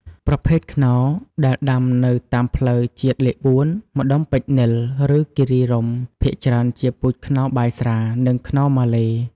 ប្រភេទខ្នុរដែលដាំនៅតាមផ្លូវជាតិលេខ ៤ ម្ដុំពេជ្រនិល ឬគិរីរម្យ ភាគច្រើនជាពូជខ្នុរបាយស្រា និងខ្នុរម៉ាឡេ។